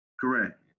Correct